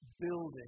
building